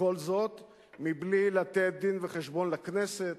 וכל זאת מבלי לתת דין-וחשבון לכנסת,